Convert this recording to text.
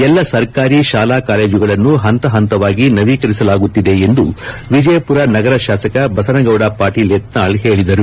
ಎಲ್ಲಾ ಸರ್ಕಾರಿ ಶಾಲಾ ಕಾಲೇಜುಗಳನ್ನು ಪಂತ ಪಂತವಾಗಿ ನವೀಕರಿಸಲಾಗುತ್ತಿದೆ ಎಂದು ವಿಜಯಪುರ ನಗರ ಶಾಸಕ ಬಸನಗೌಡ ಪಾಟೀಲ ಯತ್ನಾಳ ಹೇಳಿದರು